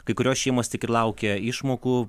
kai kurios šeimos tik ir laukia išmokų